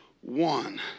one